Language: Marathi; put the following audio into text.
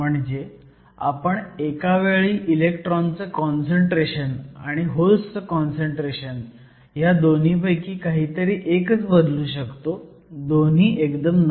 म्हणजे आपण एका वेळी इलेक्ट्रॉनचं काँसंट्रेशन आणि होल्सचं काँसंट्रेशन ह्या दोन्हीपैकी काहीतरी एकच बदलू शकतो दोन्ही नाही